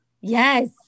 Yes